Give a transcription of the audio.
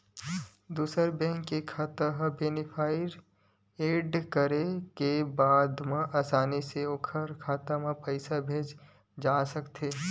दूसर बेंक के खाता ह बेनिफिसियरी एड करे के बाद म असानी ले ओखर खाता म पइसा भेजे जा सकत हे